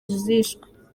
zishwe